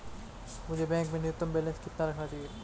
मुझे बैंक में न्यूनतम बैलेंस कितना रखना चाहिए?